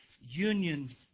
union